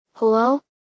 Hello